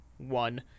One